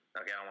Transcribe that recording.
Okay